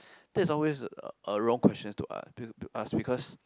that's always a wrong question to ask ask because